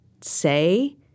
say